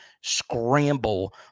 scramble